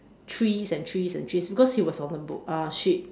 trees and trees and trees because he was on a boat uh ship